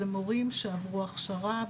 זה מורים שעברו הכשרה.